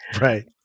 Right